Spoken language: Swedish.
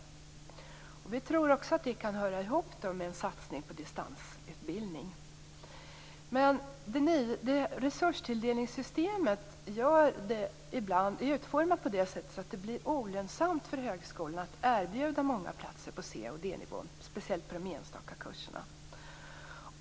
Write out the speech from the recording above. Vi tror att detta kan höra ihop med en satsning på distansutbildning. Resurstilldelningssystemet är utformat på det sättet att det blir olönsamt för högskolorna att erbjuda många platser på C och D-nivå, speciellt på de enstaka kurserna.